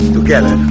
Together